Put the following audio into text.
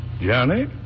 Johnny